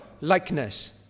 likeness